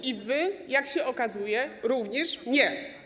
I wy, jak się okazuje, również nie.